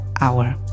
Hour